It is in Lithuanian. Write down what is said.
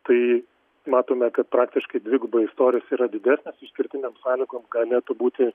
tai matome kad praktiškai dvigubai storis yra didesnis išskirtinėm sąlygom galėtų būti